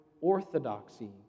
orthodoxy